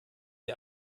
wir